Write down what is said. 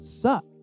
suck